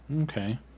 Okay